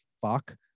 fuck